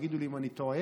תגידו לי אם אני טועה.